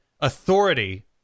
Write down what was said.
authority